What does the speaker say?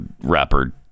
rapper